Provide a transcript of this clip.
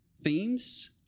themes